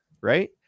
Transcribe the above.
right